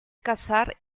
cazar